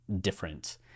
different